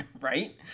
Right